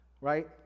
right